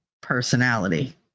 personality